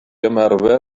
ymarfer